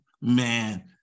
man